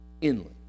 inland